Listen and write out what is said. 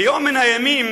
ביום מן הימים,